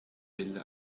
bilde